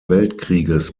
weltkrieges